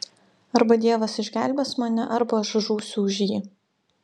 arba dievas išgelbės mane arba aš žūsiu už jį